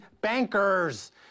bankers